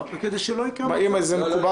כדי שלא יקרה מצב --- לא, לא.